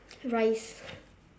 rice